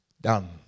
done